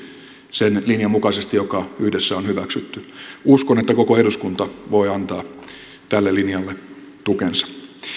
sen linjan mukaisesti joka yhdessä on hyväksytty uskon että koko eduskunta voi antaa tälle linjalle tukensa